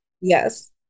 yes